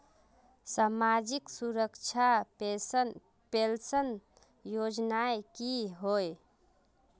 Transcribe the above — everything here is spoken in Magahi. सामाजिक सुरक्षा पेंशन योजनाएँ की होय?